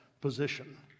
position